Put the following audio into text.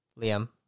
Liam